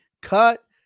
cut